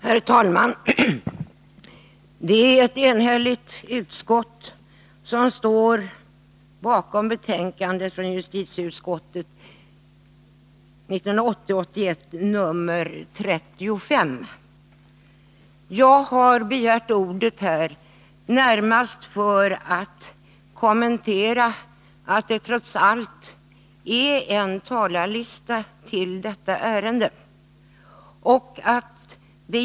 Herr talman! Det är ett enigt justitieutskott som står bakom betänkandet 1980/81:35. Jag har begärt ordet närmast för att kommentera att det trots allt anmält sig ett antal talare i detta ärende.